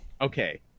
Okay